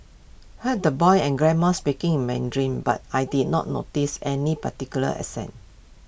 heard the boy and grandma speaking in Mandarin but I did not notice any particular accent